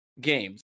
games